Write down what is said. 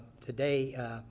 today